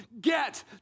get